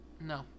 No